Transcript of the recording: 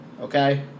okay